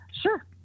Sure